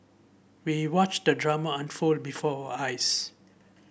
we watched the drama unfold before eyes